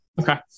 Okay